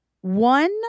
One